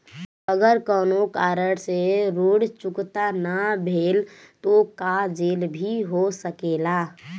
अगर कौनो कारण से ऋण चुकता न भेल तो का जेल भी हो सकेला?